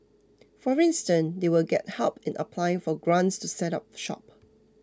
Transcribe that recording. for instance they will get help in applying for grants to set up shop